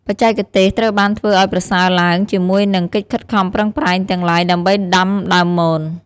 បច្ចេកទេសត្រូវបានធ្វើឱ្យប្រសើរឡើងជាមួយនិង កិច្ចខិតខំប្រឹងប្រែងទាំងឡាយដើម្បីដាំដើមមន។